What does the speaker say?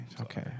Okay